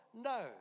No